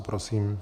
Prosím.